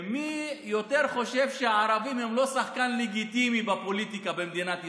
מי יותר חושב שהערבים הם לא שחקן לגיטימי בפוליטיקה במדינת ישראל,